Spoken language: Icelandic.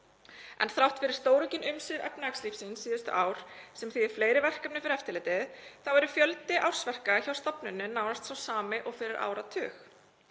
en þrátt fyrir stóraukin umsvif efnahagslífsins síðustu ár, sem þýðir fleiri verkefni fyrir eftirlitið, er fjöldi ársverka hjá stofnuninni nánast sá sami og fyrir áratug.